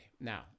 Now